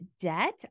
debt